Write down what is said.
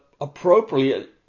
appropriately